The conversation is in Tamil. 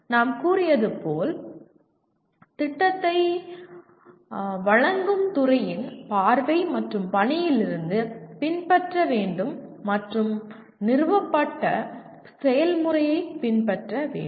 நாம் கூறியது போல் திட்டத்தை வழங்கும் துறையின் பார்வை மற்றும் பணியிலிருந்து பின்பற்றப்பட வேண்டும் மற்றும் நிறுவப்பட்ட செயல்முறையைப் பின்பற்ற வேண்டும்